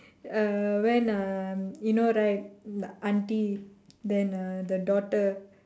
uh when uh you know right auntie then uh the daughter